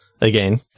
Again